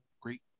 great